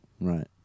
Right